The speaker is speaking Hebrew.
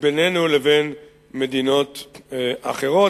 בינינו לבין מדינות אחרות.